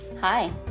Hi